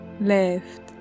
left